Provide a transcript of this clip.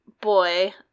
boy